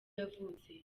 yavutse